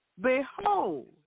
Behold